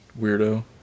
weirdo